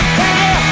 hey